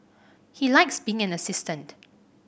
he likes being an assistant